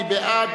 מי בעד?